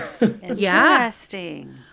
Interesting